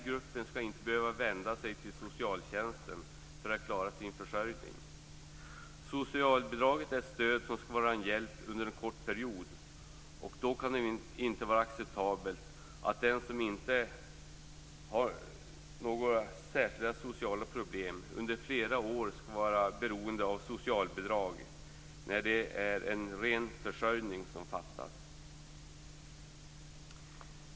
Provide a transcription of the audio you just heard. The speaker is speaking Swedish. Gruppen skall inte behöva vända sig till socialtjänsten för att klara sin försörjning. Socialbidraget är ett stöd som skall vara en hjälp under en kort period, och då kan det inte vara acceptabelt att den som inte har några särskilda sociala problem under flera år skall vara beroende av socialbidrag när det är en ren försörjning som fattas.